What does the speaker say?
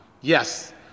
yes